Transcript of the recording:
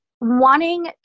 wanting